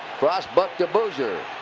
cross buck to boozer.